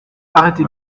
arrêtez